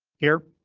here.